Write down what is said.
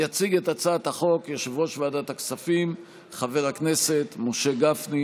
יציג את הצעת החוק יושב-ראש ועדת הכספים חבר הכנסת משה גפני,